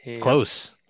close